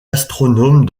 astronome